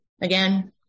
again